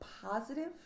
positive